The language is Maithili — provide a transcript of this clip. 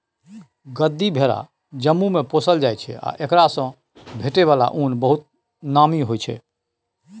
गद्दी भेरा जम्मूमे पोसल जाइ छै आ एकरासँ भेटै बला उन बहुत नामी होइ छै